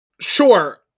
Sure